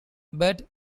but